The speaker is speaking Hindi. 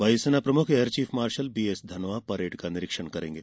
वायुसेना प्रमुख air chief marshal BS Dhanoa parade का निरीक्षण करेंगे